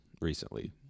recently